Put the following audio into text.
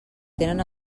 tenen